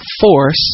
force